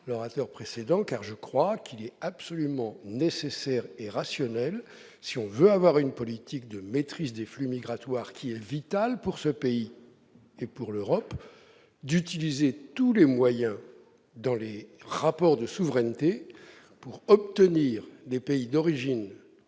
l'orateur précédent. Je crois qu'il est absolument nécessaire et rationnel, si l'on veut avoir une politique de maîtrise des flux migratoires, ce qui est vital pour notre pays et pour l'Europe, d'utiliser les moyens nécessaires, dans les rapports de souveraineté, pour obtenir des pays d'origine